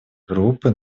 группы